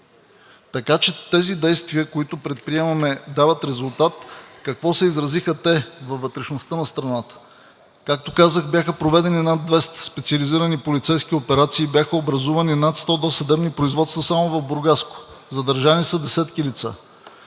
Така че тези действия, които предприемаме, дават резултат. В какво се изразиха те във вътрешността на страната? Както казах, бяха проведени над 200 специализирани полицейски операции, бяха образувани над 100 досъдебни производства само в Бургаско. Задържани са десетки лица.